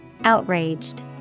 Outraged